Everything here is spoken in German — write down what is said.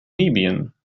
libyen